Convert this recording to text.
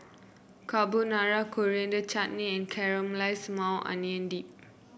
Carbonara Coriander Chutney and Caramelized Maui Onion Dip